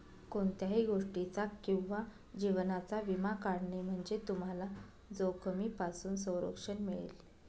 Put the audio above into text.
कोणत्याही गोष्टीचा किंवा जीवनाचा विमा काढणे म्हणजे तुम्हाला जोखमीपासून संरक्षण मिळेल